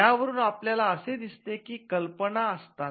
ह्या वरून आपल्याला असे दिसते की कल्पना असतात